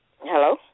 Hello